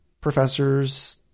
professors